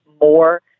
more